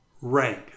rank